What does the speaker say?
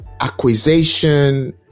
acquisition